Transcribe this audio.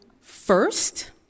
First